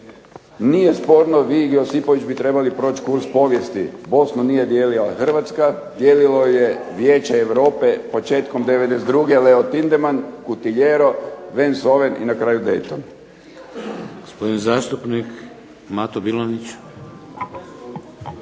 Nije sporno. Vi i Josipović bi trebali proći kurs povijesti. Bosnu nije dijelila Hrvatska, dijelilo ju je Vijeće Europe početkom '92. Leo Tindeman, Kutiljero, Vens Oven i na kraju Deiton.